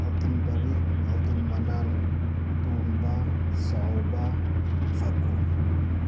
ꯑꯞꯗꯨꯟ ꯕꯔꯤꯛ ꯑꯞꯗꯨꯟ ꯃꯅꯥꯟ ꯇꯣꯝꯕ ꯆꯥꯎꯕ ꯐꯀꯨ